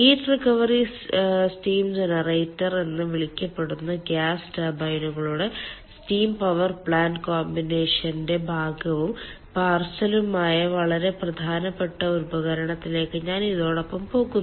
heat recovery steam ജനറേറ്റർഎന്ന് വിളിക്കപ്പെടുന്ന gas ടർബൈനുകളുടെ സ്റ്റീം പവർ പ്ലാന്റ് കോമ്പിനേഷന്റെ ഭാഗവും പാർസലും ആയ വളരെ പ്രധാനപ്പെട്ട ഒരു ഉപകരണത്തിലേക്ക് ഞാൻ ഇതോടൊപ്പം പോകുന്നു